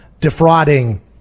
defrauding